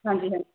ਹਾਂਜੀ ਹਾਂਜੀ